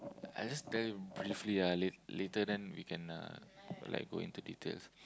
I just tell you briefly ah late~ later then we can uh like go into details